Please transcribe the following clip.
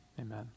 amen